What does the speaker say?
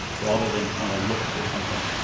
rather than trying to look for something,